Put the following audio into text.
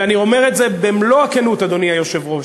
ואני אומר את זה במלוא הכנות, אדוני היושב-ראש.